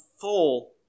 full